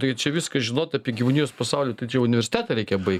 tai čia viską žinot apie gyvūnijos pasaulį tai čia universitetą reikia baigt